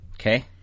Okay